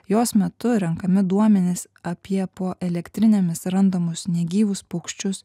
jos metu renkami duomenys apie po elektrinėmis randamus negyvus paukščius